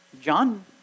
John